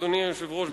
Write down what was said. אדוני היושב-ראש,